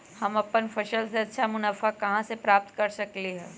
हम अपन फसल से अच्छा मुनाफा कहाँ से प्राप्त कर सकलियै ह?